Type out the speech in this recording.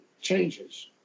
changes